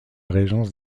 régence